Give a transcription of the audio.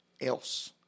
else